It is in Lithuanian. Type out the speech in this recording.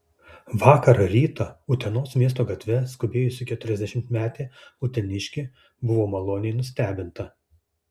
vakar rytą utenos miesto gatve skubėjusi keturiasdešimtmetė uteniškė buvo maloniai nustebinta